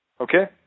Okay